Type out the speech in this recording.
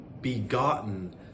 begotten